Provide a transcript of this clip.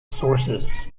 sources